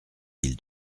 mille